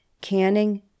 Canning